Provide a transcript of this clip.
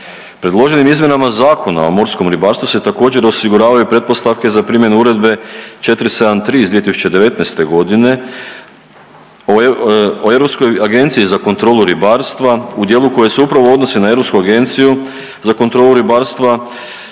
Predloženim izmjenama Zakona o morskom ribarstvu se također osiguravaju pretpostavke za primjenu Uredbe 473/2019 godine o Europskoj agenciji za kontrolu ribarstva u dijelu koje se upravo odnosi na Europsku agenciju za kontrolu ribarstva